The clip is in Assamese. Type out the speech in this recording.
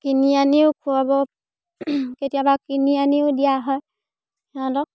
কিনি আনিও খোৱাব কেতিয়াবা কিনি আনিও দিয়া হয় সিহঁতক